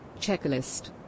checklist